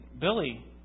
Billy